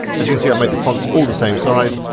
as you can see, i've made the fonts all the same size,